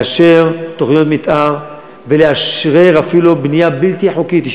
הוא לאשר תוכניות מתאר ולאשרר אפילו בנייה בלתי חוקית,